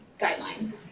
guidelines